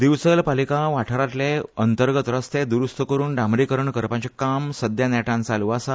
दिवचल पालिका वाठारांतले भितरले रस्ते द्रुस्त करून डांबरीकरण करपाचें काम सध्या नेटान चालू आसा